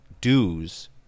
dues